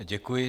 Děkuji.